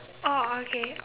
oh okay